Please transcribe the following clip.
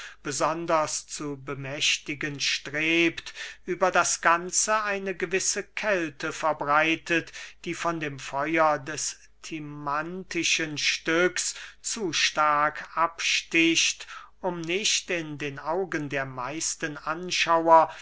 besonders zu bemächtigen strebt über das ganze eine gewisse kälte verbreitet die von dem feuer des timanthischen stücks zu stark absticht um nicht in den augen der meisten anschauer